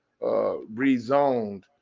rezoned